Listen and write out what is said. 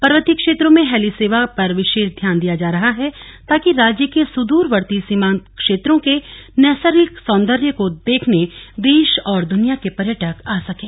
पर्वतीय क्षेत्रों में हैली सेवा पर विशेष ध्यान दिया जा रहा है ताकि राज्य के सुदूरवर्ती सीमान्त क्षेत्रों के नैसर्गिक सौन्दर्य को देखने देश और दुनिया के पर्यटक आ सकें